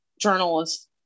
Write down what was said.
journalist